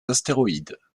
astéroïdes